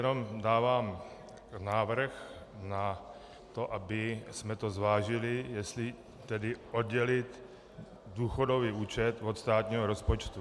Jenom dávám návrh na to, abychom to zvážili, jestli tedy oddělit důchodový účet od státního rozpočtu.